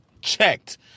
checked